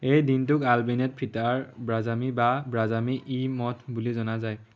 এই দিনটোক আলবেনিয়াত ফিটাৰ বাজ্ৰামি বা বাজ্ৰামি ই মধ বুলি জনা যায়